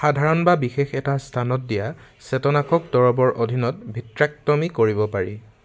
সাধাৰণ বা বিশেষ এটা স্থানত দিয়া চেতনাশক দৰৱৰ অধীনত ভিট্ৰেক্টমী কৰিব পাৰি